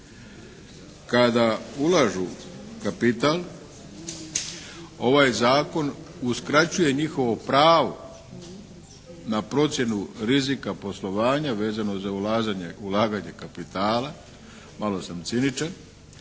kada ulažu kapital ovaj zakon uskraćuje njihovo pravo na procjenu rizika poslovanja vezano za ulaganje kapitala, malo sam ciničan,